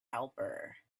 helper